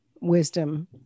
wisdom